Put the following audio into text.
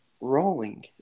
rolling